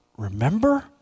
Remember